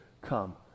come